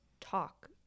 talk